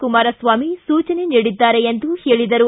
ಕುಮಾರಸ್ವಾಮಿ ಸೂಚನೆ ನೀಡಿದ್ದಾರೆ ಎಂದು ಹೇಳಿದರು